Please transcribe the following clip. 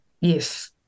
Yes